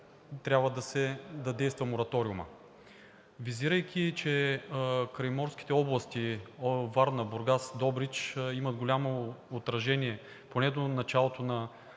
трябва да действа мораториумът. Визирайки, че в крайморските области Варна, Бургас, Добрич има голямо отражение поне до края на